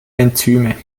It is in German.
enzyme